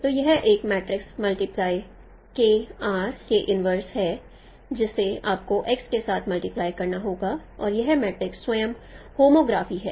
तो यह एक मैट्रिक्स मल्टीप्लाई है जिसे आपको के साथ मल्टीप्लाई करना होगा और यह मैट्रिक्स स्वयं होमोग्राफी है